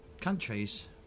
countries